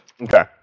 Okay